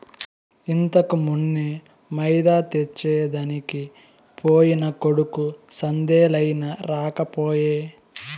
ఇంతకుమున్నే మైదా తెచ్చెదనికి పోయిన కొడుకు సందేలయినా రాకపోయే